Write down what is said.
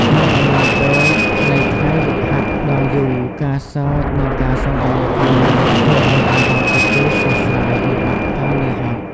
ក្នុងអំឡុងពេលនៃថ្ងៃហ្វឹកហាត់ដ៏យូរ ការសើច និងការសន្ទនាគ្នាធ្វើឱ្យអារម្មណ៍ពួកគេស្រស់ស្រាយ បំបាត់ការនឿយហត់។